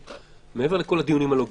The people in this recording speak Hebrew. מעבר לכל הדיונים הלוגיסטיים,